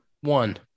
One